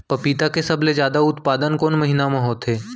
पपीता के सबले जादा उत्पादन कोन महीना में होथे?